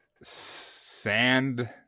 sand